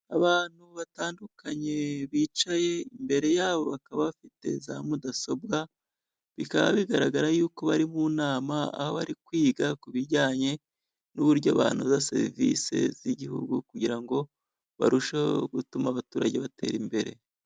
Abantu batandukanye, bicaye imbere yabo bakaba bafite za mudasobwa bikaba bigaragara yuko bari mu nama aho bari kwiga ku bijyanye n'uburyo banoza serivisi z'igihugu kugira ngo barusheho gutuma abaturage batera imbere.